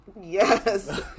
Yes